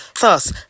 thus